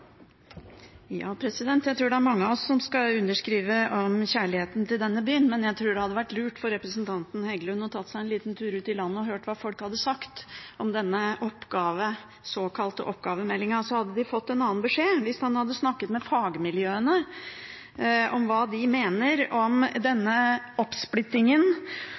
mange av oss som kan underskrive på at vi har kjærlighet til denne byen, men jeg tror det hadde vært lurt av representanten Heggelund å ha tatt seg en liten tur rundt i landet og hørt hva folk hadde sagt om denne såkalte oppgavemeldingen. Han hadde fått en annen beskjed hvis han hadde snakket med fagmiljøene om hva de mener om denne oppsplittingen